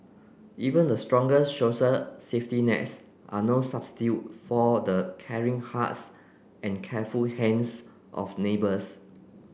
even the strongest social safety nets are no substitute for the caring hearts and careful hands of neighbours